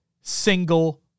single